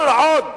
כל עוד